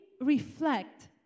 reflect